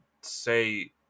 say